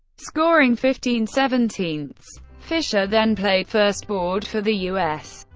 scoring fifteen seventeen. fischer then played first board for the u s.